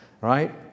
Right